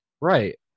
Right